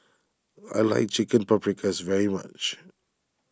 I like Chicken Paprikas very much